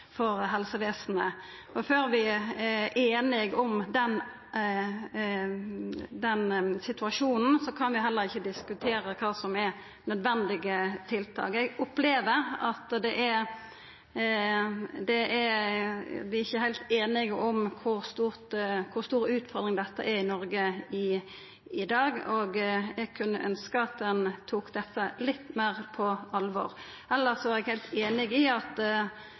er nødvendige tiltak. Eg opplever at vi ikkje er heilt einige om kor stor denne utfordringa er i Noreg i dag, og eg kunna ønskja at ein tok dette litt meir på alvor. Elles er eg heilt einig i at